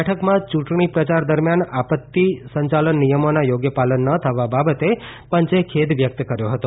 બેઠકમાં યૂંટણી પ્રયાર દરમ્યાન આપત્તિ સંચાલન નિયમોના યોગ્ય પાલન ન થવા બાબતે પંચે ખેદ વ્યકત કર્યો હતો